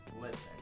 Listen